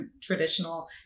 traditional